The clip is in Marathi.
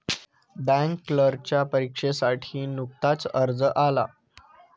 बँक क्लर्कच्या परीक्षेसाठी नुकताच अर्ज आला